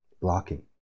Blocking